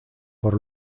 por